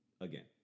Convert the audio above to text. again